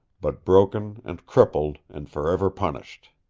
but broken and crippled and forever punished.